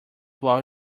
wall